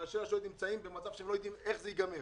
ראשי הרשויות נמצאים במצב שהם לא יודעים איך זה ייגמר